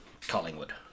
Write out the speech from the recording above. collingwood